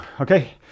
okay